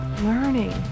learning